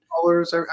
colors